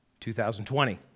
2020